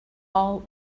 all